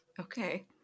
Okay